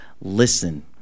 Listen